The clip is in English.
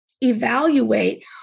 evaluate